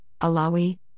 Alawi